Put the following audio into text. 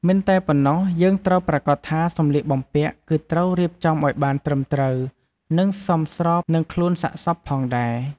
មិនតែប៉ុណោះយើងត្រូវប្រាកដថាសម្លៀកបំពាក់គឺត្រូវរៀបចំឱ្យបានត្រឹមត្រូវ និងសមស្របនឹងខ្លួនសាកសពផងដែរ។